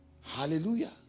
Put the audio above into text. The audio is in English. Hallelujah